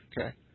Okay